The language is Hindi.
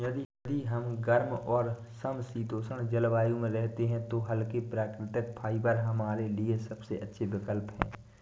यदि हम गर्म और समशीतोष्ण जलवायु में रहते हैं तो हल्के, प्राकृतिक फाइबर हमारे लिए सबसे अच्छे विकल्प हैं